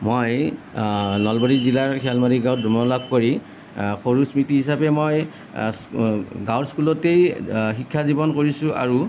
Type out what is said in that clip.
মই নলবাৰী জিলাৰ শিয়ালমাৰী গাঁৱত জন্মলাভ কৰি সৰু স্মৃতি হিচাপে মই গাঁৱৰ স্কুলতেই শিক্ষা জীৱন কৰিছোঁ আৰু